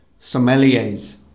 sommeliers